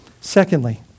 Secondly